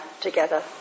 together